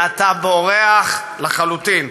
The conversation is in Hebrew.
אתה בורח לחלוטין.